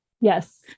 Yes